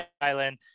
island